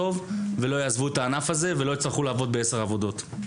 ולא יעזבו את הענף הזה ולא יצטרכו לעבוד בעשר עבודות.